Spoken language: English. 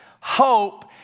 hope